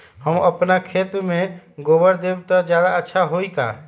हम अपना खेत में गोबर देब त ज्यादा अच्छा होई का?